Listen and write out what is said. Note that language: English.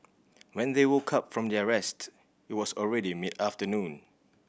when they woke up from their rest it was already mid afternoon